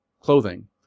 clothing